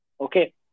Okay